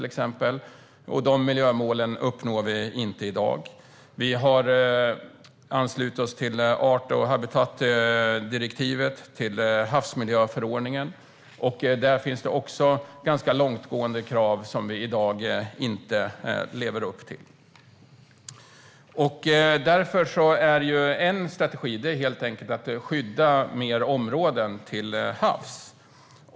Dessa miljömål uppnår vi inte i dag. Vi har anslutit oss till art och habitatdirektivet och till havsmiljöförordningen. Där finns det också ganska långtgående krav som vi i dag inte lever upp till. En strategi är helt enkelt att skydda fler områden till havs.